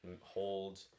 hold